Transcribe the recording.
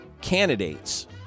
candidates